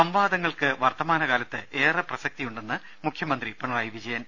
സംവാദങ്ങൾക്ക് വർത്തമാന കാലത്ത് ഏറെ പ്രസക്തിയുണ്ടെന്ന് മുഖ്യ മന്ത്രി പിണറായി വിജയൻ